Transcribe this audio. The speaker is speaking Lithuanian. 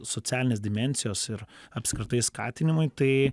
socialinės dimensijos ir apskritai skatinimui tai